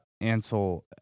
Ansel